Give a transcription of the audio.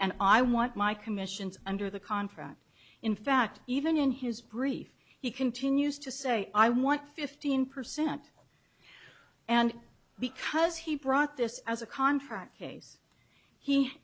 and i want my commissions under the contract in fact even in his brief he continues to say i want fifteen percent and because he brought this as a contract case he